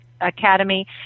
academy